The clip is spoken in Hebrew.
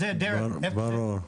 זו הבעיה.